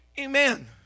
Amen